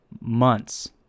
months